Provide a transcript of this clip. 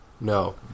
No